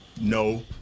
No